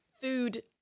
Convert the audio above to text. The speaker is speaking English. food